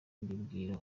mbibwira